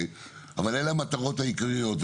אבל אלה המטרות העיקריות.